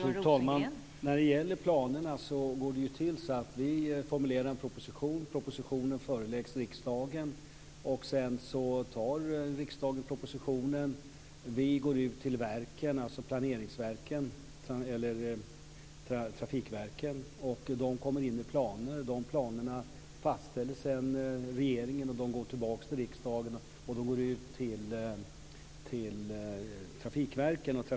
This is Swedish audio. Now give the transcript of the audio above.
Fru talman! När det gäller planerna går det till så att vi formulerar en proposition. Propositionen föreläggs riksdagen. Sedan antar riksdagen propositionen. Vi går ut till trafikverken, som kommer in med planer. De planerna fastställer sedan regeringen, och planerna går tillbaka till riksdagen och ut till trafikverken.